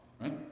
Right